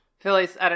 Phillies